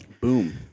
Boom